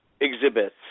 exhibits